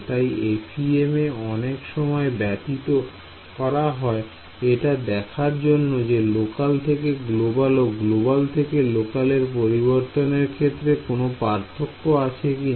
তাই FEM এ অনেক সময় ব্যতীত করা হয় এটা দেখার জন্য যে লোকাল থেকে গ্লোবাল ও গ্লোবাল থেকে লোকাল এ পরিবর্তনের ক্ষেত্রে কোন পার্থক্য আছে কি না